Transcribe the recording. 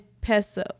Peso